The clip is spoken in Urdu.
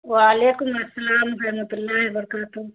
وعلیکم السلام رحمتہ اللہ برکاتہ